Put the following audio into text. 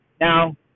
Now